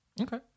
Okay